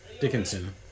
Dickinson